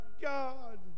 God